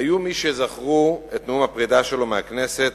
היו מי שזכרו את נאום הפרידה שלו מהכנסת